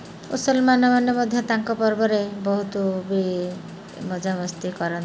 ମୁସଲମାନ୍ମାନେ ମଧ୍ୟ ତାଙ୍କ ପର୍ବରେ ବହୁତ ବି ମଜାମସ୍ତି କରନ୍ତି